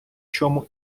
чому